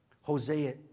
Hosea